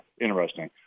interesting